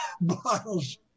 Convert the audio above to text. bottles